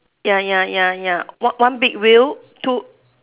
ya ya ya ya on~ one big wheel two